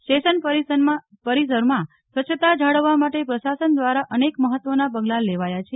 station પરિસરમાં સ્વચ્છતા જાળવવા માટે પ્રશાસન દ્વારા અનેક મહત્વના પગલા લેવાયા છે